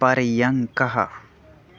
पर्यङ्कः